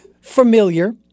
familiar